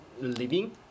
living